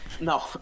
no